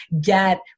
get